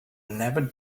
never